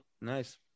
Nice